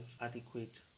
adequate